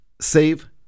save